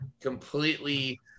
completely